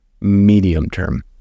medium-term